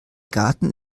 garten